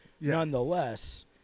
Nonetheless